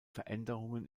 veränderungen